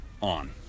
on